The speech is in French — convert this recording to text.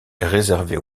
réservée